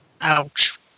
Ouch